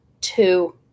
two